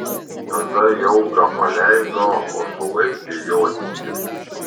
tada jaugą paleido o sulaikė jocį